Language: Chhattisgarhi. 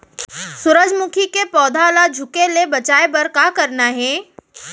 सूरजमुखी के पौधा ला झुके ले बचाए बर का करना हे?